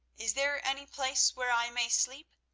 is there any place where i may sleep?